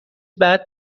بعد